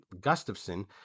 gustafson